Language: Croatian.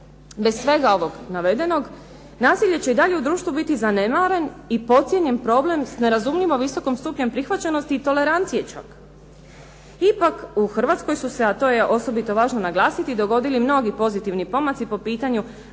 Bez svega ovog navedenog nasilje će i dalje u društvu biti zanemaren i podcijenjen problem s nerazumljivo visokim stupnjem prihvaćenosti i tolerancije čak. Ipak u Hrvatskoj su se a to je osobito važno naglasiti dogodili mnogi pozitivni pomaci po pitanju